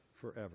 forever